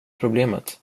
problemet